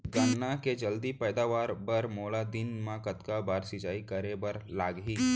गन्ना के जलदी पैदावार बर, मोला दिन मा कतका बार सिंचाई करे बर लागही?